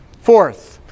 Fourth